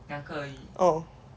oh